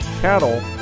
cattle